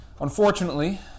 unfortunately